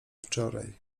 wczoraj